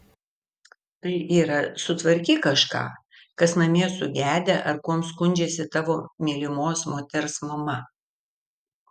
tai yra sutvarkyk kažką kas namie sugedę ar kuom skundžiasi tavo mylimos moters mama